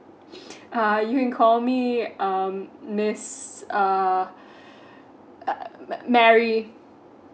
ah you can call me um miss uh uh mary